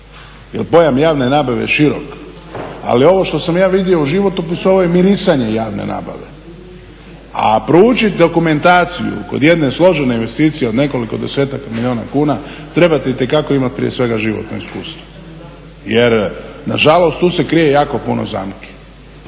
Jer pojam javne nabave je širok. Ali ovo što sam ja vidio u životopisu ovo je mirisanje javne nabave. A proučiti dokumentaciju kod jedne složene investicije od nekoliko desetaka milijuna kuna trebate itekako imati prije svega životno iskustvo. Jer nažalost, tu se krije jako puno zamki.